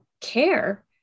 care